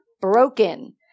broken